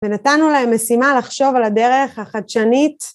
ונתנו להם משימה לחשוב על הדרך החדשנית